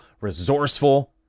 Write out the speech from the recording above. resourceful